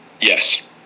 Yes